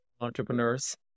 entrepreneurs